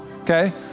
okay